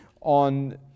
on